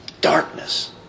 Darkness